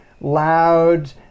loud